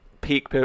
peak